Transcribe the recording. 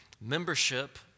membership